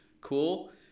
cool